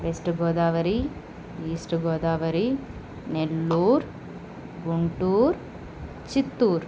west Godavari east Godavari Nellore Guntur Chittoor